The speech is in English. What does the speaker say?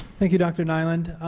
thank you dr. nyland.